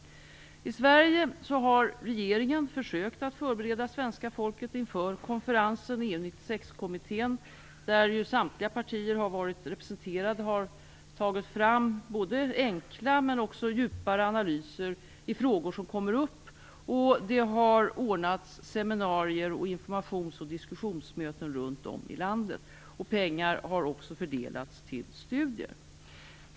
I Sverige har regeringen försökt att förbereda svenska folket inför konferensen. EU 96-kommittén, där samtliga partier har varit representerade, har tagit fram enkla men också djupare analyser i de frågor som kommer upp. Det har anordnats seminarier och informations och diskussionsmöten runt om i landet. Pengar har också fördelats till studier.